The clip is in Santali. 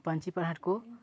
ᱯᱟᱹᱧᱪᱤ ᱯᱟᱲᱦᱟᱴ ᱠᱚ